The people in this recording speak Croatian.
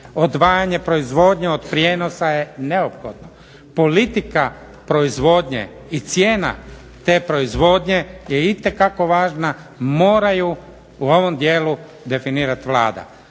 odvajanje proizvodnje od prijenosa je neophodno. Politika proizvodnje i cijena te proizvodnje je itekako važna. Mora ju u ovom dijelu definirati Vlada.